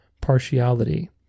partiality